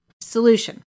Solution